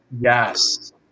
yes